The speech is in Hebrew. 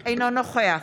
אינו נוכח